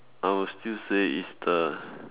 I would still say it's the